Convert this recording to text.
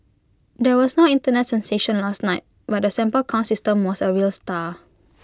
there was no Internet sensation last night but the sample count system was A real star